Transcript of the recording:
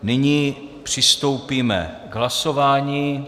Nyní přistoupíme k hlasování.